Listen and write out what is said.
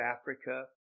Africa